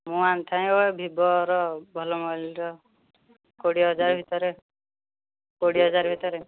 ମୁଁ ଆଣିଥାନ୍ତି ଗୋଟେ ଭିବୋର ଭଲ ମୋବାଇଲର କୋଡ଼ିଏ ହଜାର ଭିତରେ କୋଡ଼ିଏ ହଜାର ଭିତରେ